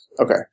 Okay